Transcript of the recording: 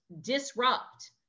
disrupt